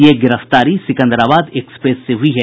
ये गिरफ्तारी सिकंदराबाद एक्सप्रेस से हुई है